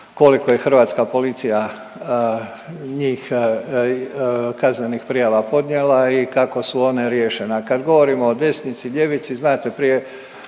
koliko je hrvatska policija njih kaznenih prijava podnijela i kako su one riješene. A kad govorimo o desnici, ljevici, znate prije